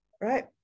right